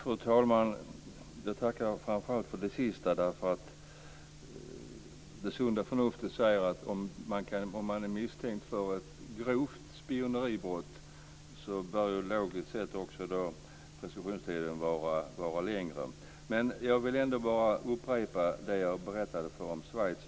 Fru talman! Jag tackar framför allt för det sist sagda. Sunda förnuftet säger att preskriptionstiden bör vara längre om det gäller misstanke om ett grovt spioneribrott. Jag vill trots allt upprepa det som jag berättade vad gäller Schweiz.